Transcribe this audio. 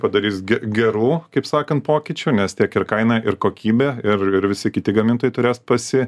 padarys ge gerų kaip sakant pokyčių nes tiek ir kaina ir kokybė ir ir visi kiti gamintojai turės pasi